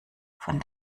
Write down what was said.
von